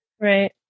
Right